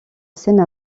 seine